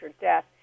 death